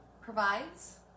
Provides